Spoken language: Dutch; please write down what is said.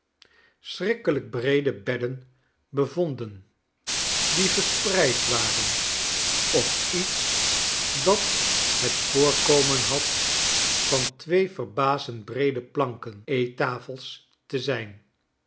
schrikkelijk breede bedden bevonden die gespreid waren op iets dat het voorkomen had van twee verbazend breede planken eettafels te zijn